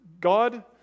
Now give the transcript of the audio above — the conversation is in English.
God